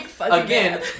again